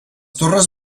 torres